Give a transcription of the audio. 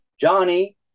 Johnny